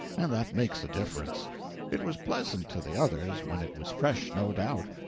and that makes a difference it was pleasant to the others when it was fresh, no doubt.